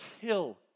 kill